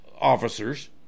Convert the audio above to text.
officers